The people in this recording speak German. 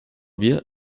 wir